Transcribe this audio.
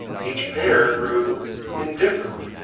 each pair grew indifferent.